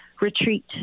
retreat